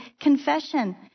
confession